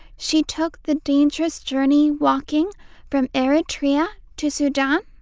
she took the dangerous journey walking from eritrea to sudan.